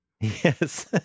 Yes